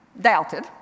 Doubted